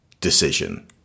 decision